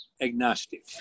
agnostic